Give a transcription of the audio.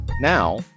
now